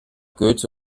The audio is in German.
goethe